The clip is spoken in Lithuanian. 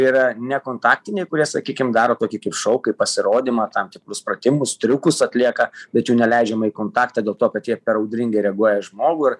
yra nekontaktiniai kurie sakykim daro tokį kaip šou kaip pasirodymą tam tikrus pratimus triukus atlieka bet jų neleidžiama į kontaktą dėl to kad jie per audringai reaguoja į žmogų ir